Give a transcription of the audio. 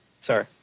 Sorry